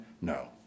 No